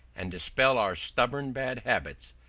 and dispel our stubborn bad habits,